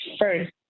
first